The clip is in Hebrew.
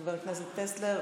חבר הכנסת טסלר.